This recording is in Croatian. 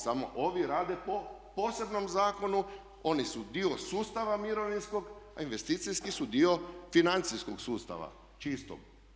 Samo ovi rade po posebnom zakonu, oni su dio sustava mirovinskog a investicijski su dio financijskog sustava čistog.